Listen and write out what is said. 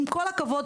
עם כל הכבוד,